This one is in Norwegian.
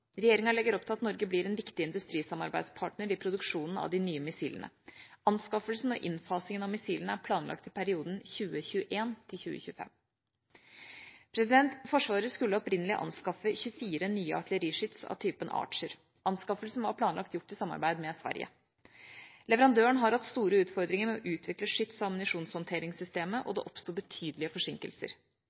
Regjeringa legger opp til at Norge blir en viktig industrisamarbeidspartner i produksjonen av de nye missilene. Anskaffelsen og innfasingen av missilene er planlagt i perioden 2021–2025. Forsvaret skulle opprinnelig anskaffe 24 nye artilleriskyts av typen Archer. Anskaffelsen var planlagt gjort i samarbeid med Sverige. Leverandøren har hatt store utfordringer med å utvikle skyts- og ammunisjonshåndteringssystemet, og det oppsto betydelige forsinkelser.